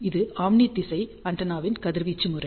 இது ஓம்னி திசை ஆண்டெனாவின் கதிர்வீச்சு முறை